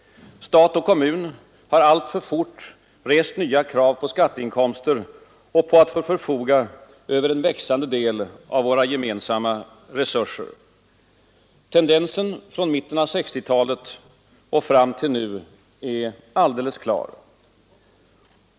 Stat och kommun har alltför fort rest nya krav på skatteinkomster och på att få förfoga över en växande andel av våra gemensamma resurser. Tendensen från mitten av 1960-talet och fram till nu är alldeles klar.